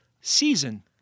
Season